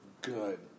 good